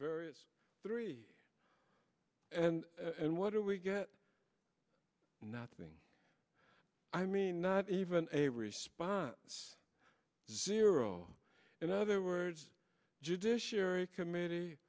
various three and and what do we get nothing i mean not even a response zero in other words judiciary committee